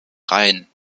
reihen